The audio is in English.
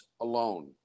alone